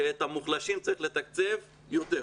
שאת המוחלשים צריך לתקצב יותר.